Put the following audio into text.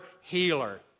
healer